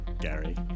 Gary